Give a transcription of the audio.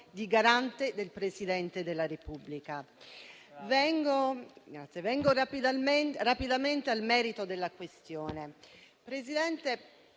di garante del Presidente della Repubblica. Vengo rapidamente al merito della questione.